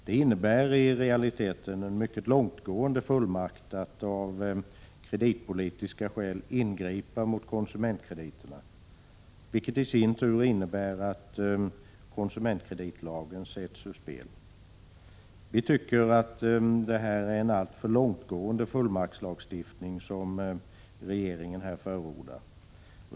Det innebär i realiteten en mycket långtgående fullmakt att av kreditpolitiska skäl ingripa mot konsumentkrediterna, vilket i sin tur betyder att konsumentkreditlagen sätts ur spel. Vi tycker att det är en alltför långtgående fullmaktslagstiftning som regeringen här förordar.